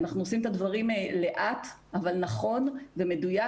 אנחנו עושים את הדברים לאט אבל נכון ומדויק,